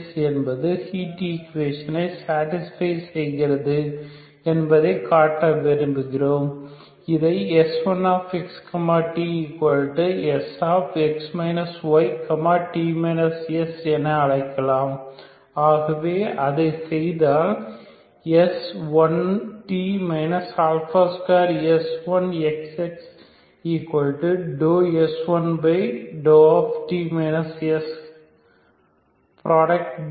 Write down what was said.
s என்பது heat ஈகுவேஷனை satisfy செயகிறது என்பதை காட்ட விரும்புகிறோம் இதை S1x tSx y t s அழைக்கலாம் ஆகவே அதை செய்தால் S1t 2S1xxS1t s